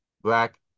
black